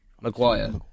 Maguire